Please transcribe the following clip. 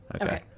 Okay